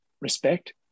respect